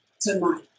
Tonight